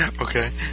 Okay